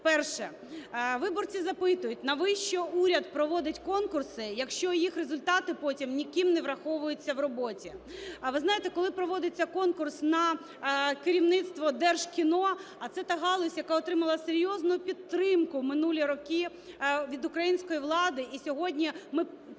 Перше. Виборці запитують, навіщо уряд проводить конкурси, якщо їх результати потім ніким не враховуються в роботі? А ви знаєте, коли проводиться конкурс на керівництво Держкіно, а це та галузь, яка отримала серйозну підтримку в минулі роки від української влади, і сьогодні ми